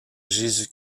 jésus